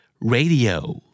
Radio